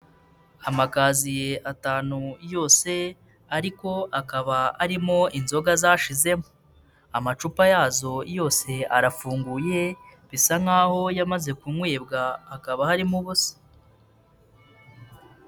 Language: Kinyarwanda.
Amagaziye atanu yose ariko akaba ari mo inzoga zashizemo, amacupa yazo yose arafunguye bisa nk'aho yamaze kunywebwa hakaba harimo ubusa.